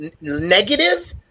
negative